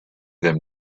them